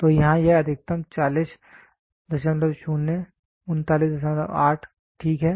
तो यहाँ यह अधिकतम 400 398 ठीक है